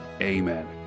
amen